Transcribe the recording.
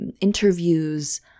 interviews